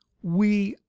we,